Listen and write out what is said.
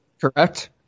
Correct